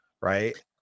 right